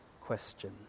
question